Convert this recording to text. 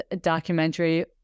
documentary